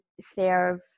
serve